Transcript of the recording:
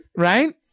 Right